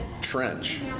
trench